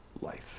life